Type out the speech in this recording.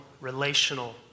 relational